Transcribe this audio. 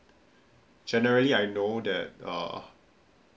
generally I know that err